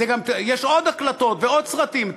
יש עוד הקלטות ועוד סרטים,